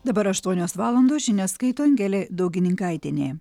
dabar aštuonios valandos žinias skaito angelė daugininkaitienė